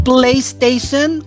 PlayStation